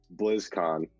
blizzcon